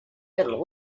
and